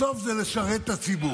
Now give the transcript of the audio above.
בסוף זה לשרת את הציבור,